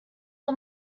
are